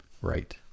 Right